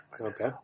Okay